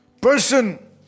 person